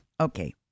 Okay